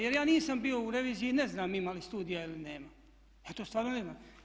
Jer ja nisam bio u reviziji i ne znam ima li studija ili nema, ja to stvarno ne znam.